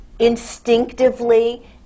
Instinctively